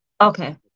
okay